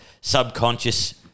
subconscious